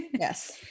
Yes